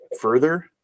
further